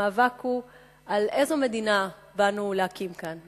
והמאבק הוא על איזו מדינה באנו להקים כאן.